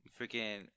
freaking